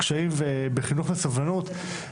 הקשיים בחינוך לסובלנות,